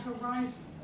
Horizon